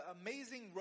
amazing